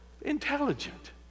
intelligent